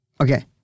Okay